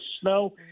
snow